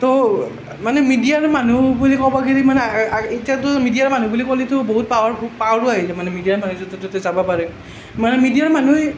তৌ মানে মিডিয়াৰ মানুহ বুলি ক'ব গেলি মানে এতিয়াতো মিডিয়াৰ মানুহ বুলি ক'লেতো বহুত পাৱাৰ পাৱাৰো আহিলে মানে মিডিয়াৰ মানুহ য'তে ততে যাব পাৰে মানে মিডিয়াৰ মানুহে